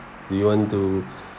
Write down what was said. do you want to